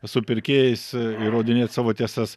supirkėjais įrodinėjat savo tiesas